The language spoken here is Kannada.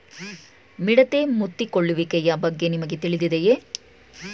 ಮಿಡತೆ ಮುತ್ತಿಕೊಳ್ಳುವಿಕೆಯ ಬಗ್ಗೆ ನಿಮಗೆ ತಿಳಿದಿದೆಯೇ?